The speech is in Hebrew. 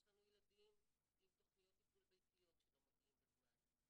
יש לנו ילדים עם תוכניות טיפול ביתיות שלא מגיעים בזמן.